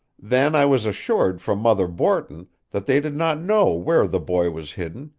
then i was assured from mother borton that they did not know where the boy was hidden,